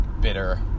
bitter